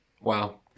Wow